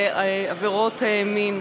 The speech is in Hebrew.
עבירות מין.